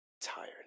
tired